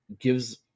gives